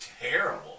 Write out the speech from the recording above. terrible